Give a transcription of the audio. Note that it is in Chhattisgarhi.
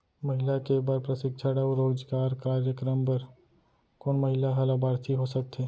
महिला के बर प्रशिक्षण अऊ रोजगार कार्यक्रम बर कोन महिला ह लाभार्थी हो सकथे?